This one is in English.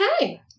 Okay